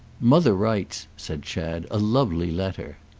mother writes, said chad, a lovely letter.